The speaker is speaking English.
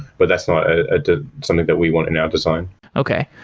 but that's not ah something that we want in our design okay.